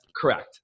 Correct